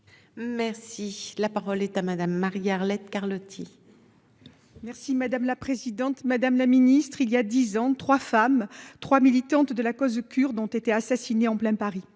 Merci la parole est à madame Marie-Arlette Carlotti. Merci madame la présidente, madame la ministre, il y a 10 ans, 3 femmes 3 militantes de la cause kurde ont été assassinés en plein Paris.